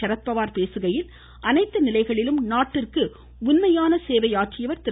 சரத்பவார் பேசுகையில் அனைத்து நிலைகளிலும் நாட்டிற்கு உண்மையான சேவையாற்றியவர் திரு